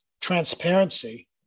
transparency